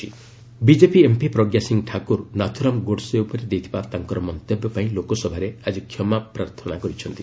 LS ଆପରୋର୍ BJP MP Pragya Singh Thakur Nathuram Godse ଉପରେ ଦେଇଥିବା ତାଙ୍କର ମନ୍ତବ୍ୟ ପାଇଁ ଲୋକସଭାରେ ଆଜି କ୍ଷମତାପ୍ରାର୍ଥନା କରିଛନ୍ତି